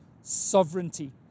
sovereignty